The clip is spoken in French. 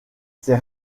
ces